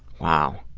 wow.